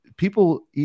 People